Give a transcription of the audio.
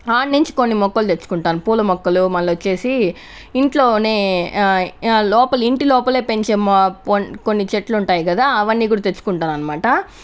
ఆడ్నించి కొన్ని మొక్కలు తెచ్చుకుంటాను పులా మొక్కలు మళ్ళొచ్చేసి ఇంట్లోనే లోపల ఇంటి లోపలే పెంచే మొ కో కొన్ని చెట్లుంటాయి కదా అవన్నీ కూడా తెచ్చుకుంటానన్మాట